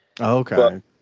Okay